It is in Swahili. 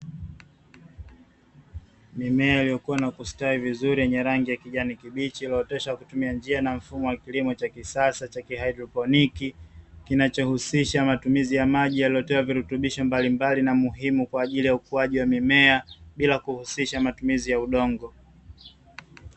Mimea iliyokua na kustawi vizuri yenye rangi ya kijani kibichi iliyooteshwa kwa kutumia njia na mfumo wa kilimo cha kisasa cha haidroponi. Kinachohusisha matumizi ya maji yaliyotiwa virutubisho mbalimbali na muhimu kwa ajili ya ukuaji wa mimea, bila kuhusisha matumizi ya udongo.